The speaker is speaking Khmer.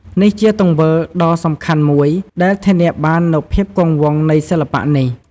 នេះជាទង្វើដ៏សំខាន់មួយដែលធានាបាននូវភាពគង់វង្សនៃសិល្បៈនេះ។